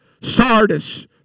Sardis